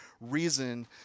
reason